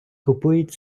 купують